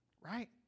Right